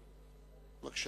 בבקשה.